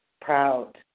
proud